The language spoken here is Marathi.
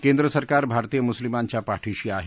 केंद्र सरकार भारतीय मुस्लिमांच्या पाठीशी आहे